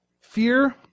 Fear